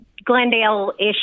Glendale-ish